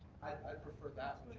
i prefer that.